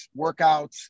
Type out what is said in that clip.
workouts